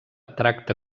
tracta